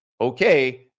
okay